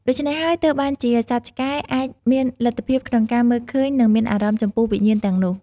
ដូច្នេះហើយទើបបានជាសត្វឆ្កែអាចមានលទ្ធភាពក្នុងការមើលឃើញនិងមានអារម្មណ៍ចំពោះវិញ្ញាណទាំងនោះ។